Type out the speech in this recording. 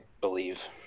believe